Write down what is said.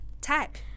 Tap